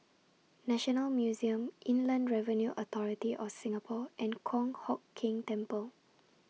National Museum Inland Revenue Authority of Singapore and Kong Hock Keng Temple